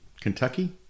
Kentucky